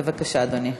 בבקשה, אדוני.